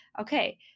okay